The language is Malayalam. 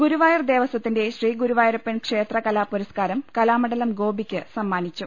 ഗുരുവായൂർ ദേവസ്ഥത്തിന്റെ ശ്രീഗുരുവായൂരപ്പൻ ക്ഷേത്ര കലാപുരസ്കാരം കലാമണ്ഡലം ഗോപിക്ക് സമ്മാനിച്ചു